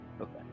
Okay